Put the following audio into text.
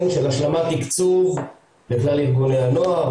של השלמת תיקצוב בכלל ארגוני הנוער.